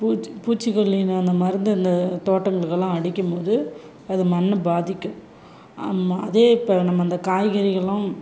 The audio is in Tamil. பூச்சி பூச்சிக்கொல்லி நான் அந்த மருந்து அந்த தோட்டங்களுக்கெல்லாம் அடிக்கும்போது அது மண்ணை பாதிக்கும் ஆமாம் அதே இப்போ நம்ம அந்த காய்கறிகள்லாம்